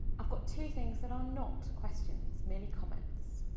i've got two things that are not questions. merely comments.